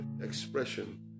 expression